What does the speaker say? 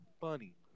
Funny